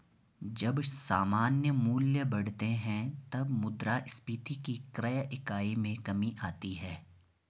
जब सामान्य मूल्य बढ़ते हैं, तब मुद्रास्फीति की क्रय इकाई में कमी आती है